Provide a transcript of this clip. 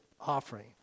offering